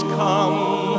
come